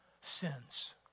sins